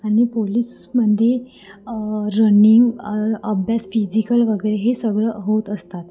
आणि पोलीसमध्ये रनिंग अभ्यास फिजिकल वगैरे हे सगळं होत असतात